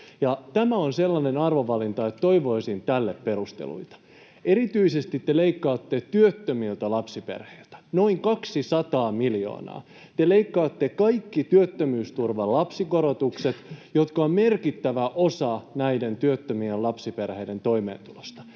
Tämä on sellainen arvovalinta, että toivoisin tälle perusteluita. Erityisesti te leikkaatte työttömiltä lapsiperheiltä, noin 200 miljoonaa. Te leikkaatte kaikki työttömyysturvan lapsikorotukset, jotka ovat merkittävä osa näiden työttömien lapsiperheiden toimeentulosta.